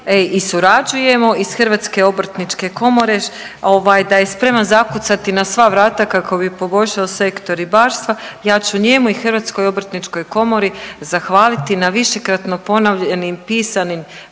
i surađujemo iz Hrvatske obrtničke komore ovaj da je sprema zakucati na sva vrata kako bi poboljšao sektor ribarstva ja ću njemu i Hrvatskoj obrtničkoj komori zahvaliti na višekratno ponovljenim pisanim